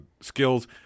skills